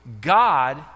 God